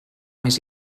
més